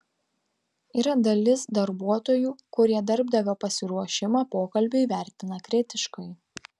yra dalis darbuotojų kurie darbdavio pasiruošimą pokalbiui vertina kritiškai